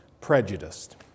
prejudiced